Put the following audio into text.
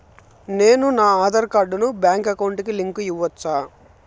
నేను నా ఆధార్ కార్డును బ్యాంకు అకౌంట్ కి లింకు ఇవ్వొచ్చా?